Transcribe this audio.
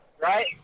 right